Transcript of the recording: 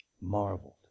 marveled